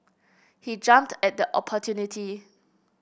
he jumped at the opportunity